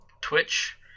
twitch